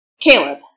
Caleb